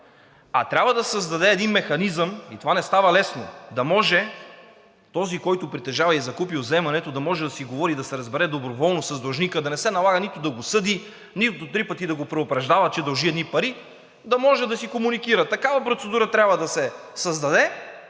Трябва да се създаде един механизъм и това не става лесно – да може този, който притежава и е закупил вземането да си говори и да се разбере доброволно с длъжника, а да не се налага нито да го съди, нито три пъти да го предупреждава, че дължи едни пари, да може да си комуникират. Такава процедура трябва да се създаде